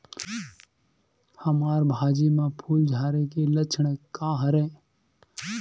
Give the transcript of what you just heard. हमर भाजी म फूल झारे के लक्षण का हरय?